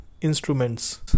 instruments